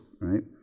Right